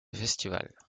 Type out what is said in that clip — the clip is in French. festival